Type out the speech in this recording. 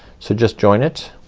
so just join it